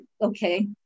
okay